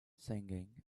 singing